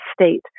state